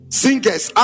singers